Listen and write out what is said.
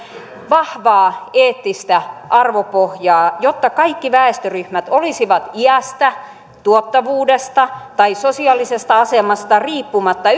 vahvaa eettistä arvopohjaa jotta kaikki väestöryhmät olisivat iästä tuottavuudesta tai sosiaalisesta asemasta riippumatta